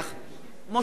משה כחלון,